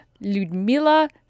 Ludmila